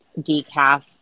decaf